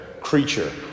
creature